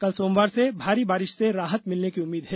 कल सोमवार से भारी बारिश से राहत मिलने की उम्मीद है